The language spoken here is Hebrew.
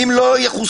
אם לא יחוסנו.